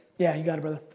yeah, you got it brother.